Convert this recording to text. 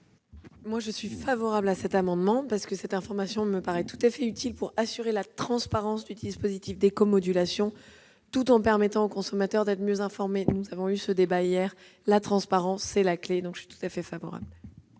Quel est l'avis du Gouvernement ? Cette information me paraît tout à fait utile pour assurer la transparence du dispositif d'éco-modulation, tout en permettant au consommateur d'être mieux informé. Nous avons eu ce débat hier : la transparence est la clé. Je suis donc tout à fait favorable